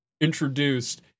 introduced